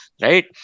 right